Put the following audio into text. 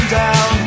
down